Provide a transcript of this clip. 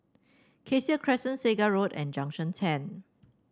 Cassia Crescent Segar Road and Junction Ten